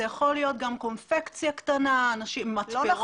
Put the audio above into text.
זאת יכולה להיות גם קונפקציה קטנה, מתפרות קטנות.